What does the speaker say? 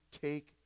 take